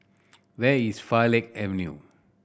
where is Farleigh Avenue